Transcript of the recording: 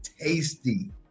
tasty